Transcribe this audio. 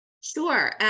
Sure